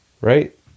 Right